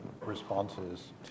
responses